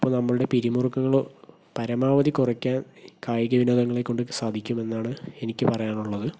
അപ്പോൾ നമ്മളുടെ പിരിമുറുക്കങ്ങളോ പരമാവധി കുറയ്ക്കാൻ കായിക വിനോദങ്ങളെക്കൊണ്ട് സാധിക്കുമെന്നാണ് എനിക്ക് പറയാനുള്ളത്